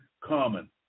common